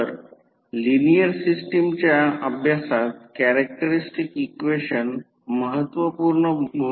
तर या कोर नसणाऱ्या घटकाला प्रतिकार 400 Ω आणि चुंबकीय घटक दिलेला आहे 231 Ω हा विद्युत प्रवाह I0 आहे